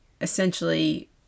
essentially